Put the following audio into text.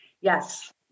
Yes